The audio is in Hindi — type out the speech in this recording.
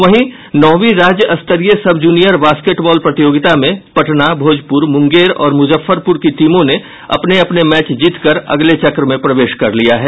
वहीं नौवीं राज्य स्तरीय सब जूनियर बास्केटबॉल प्रतियोगिता में पटना भोजपुर मूंगेर और मूजफ्फरपूर की टीमों ने अपने अपने मैच जीत कर अगले चक्र में प्रवेश कर लिया है